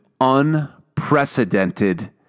unprecedented